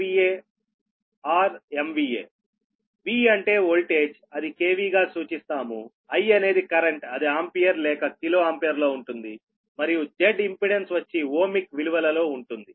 V అంటే voltage అది kV గా సూచిస్తాముI అనేది కరెంటు అది ఆంపియర్ లేక కిలోఆంపియర్ లో ఉంటుంది మరియు Z ఇంపెడెన్స్ వచ్చి ఓమిక్ విలువల లో ఉంటుంది